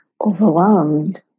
overwhelmed